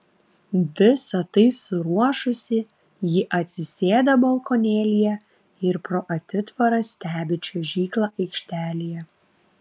visa tai suruošusi ji atsisėda balkonėlyje ir pro atitvarą stebi čiuožyklą aikštelėje